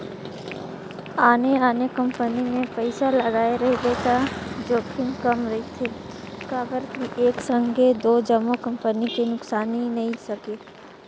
आने आने कंपनी मे पइसा लगाए रहिबे त जोखिम कम रिथे काबर कि एक संघे दो जम्मो कंपनी में नुकसानी नी सके